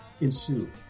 ensue